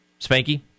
Spanky